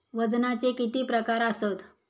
वजनाचे किती प्रकार आसत?